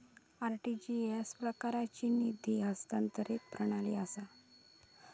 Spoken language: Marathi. आर.टी.जी.एस एकप्रकारची निधी हस्तांतरण प्रणाली असा